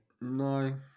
No